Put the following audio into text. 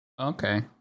Okay